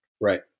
right